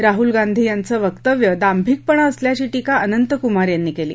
राहुल गांधी यांचं वक्तव्य दांभिकपणा असल्याची टीका अनंतकुमार यांनी केली